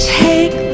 take